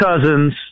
Cousins